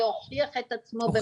זה הוכיח את עצמו.